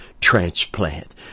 transplant